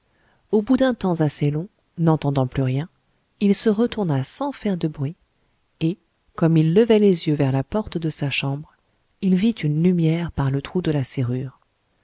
au bout d'un temps assez long n'entendant plus rien il se retourna sans faire de bruit et comme il levait les yeux vers la porte de sa chambre il vit une lumière par le trou de la serrure